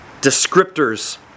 descriptors